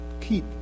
keep